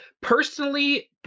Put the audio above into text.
personally